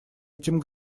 этим